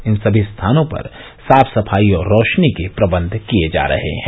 इन सभी स्थानों पर साफ सफाई और रोशनी के प्रबंध किये जा रहे हैं